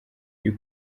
you